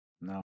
No